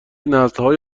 نسلهای